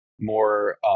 more